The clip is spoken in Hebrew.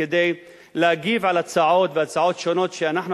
כדי להגיב על הצעות והצעות שונות שאנחנו,